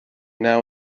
now